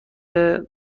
روز